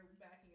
backing